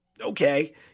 okay